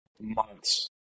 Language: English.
Months